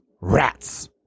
rats